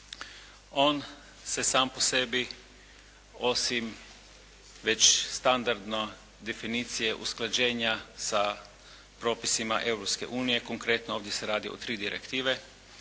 On se sam po sebi osim već standardno definicije usklađenja sa propisima Europske unije, konkretno ovdje se radi o tri direktive,